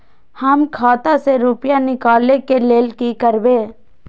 हम खाता से रुपया निकले के लेल की करबे?